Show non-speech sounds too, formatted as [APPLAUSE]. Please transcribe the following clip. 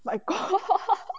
my god [LAUGHS]